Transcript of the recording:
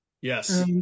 Yes